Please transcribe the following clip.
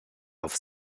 auf